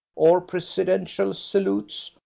or presidential salutes,